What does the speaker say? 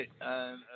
right